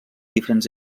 diferents